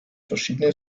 verschiedene